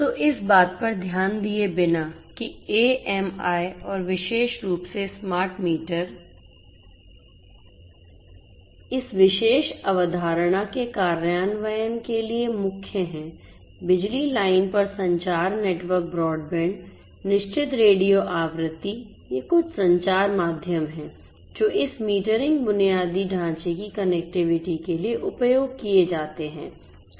तो इस बात पर ध्यान दिए बिना कि एएमआई और विशेष रूप से स्मार्ट मीटर इस विशेष अवधारणा के कार्यान्वयन के लिए मुख्य हैं बिजली लाइन पर संचार नेटवर्क ब्रॉडबैंड निश्चित रेडियो आवृत्ति ये कुछ संचार माध्यम हैं जो इस मीटरिंग बुनियादी ढांचे की कनेक्टिविटी के लिए उपयोग किए जाते हैं